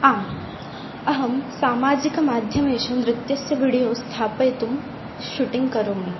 आम् अहं सामाजिकमाध्यमेषु नृत्यस्य वीडियो स्थापयितुं शूटिङ्ग् करोमि